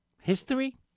History